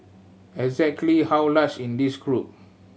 exactly how large in this group